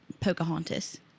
Pocahontas